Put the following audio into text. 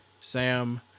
Sam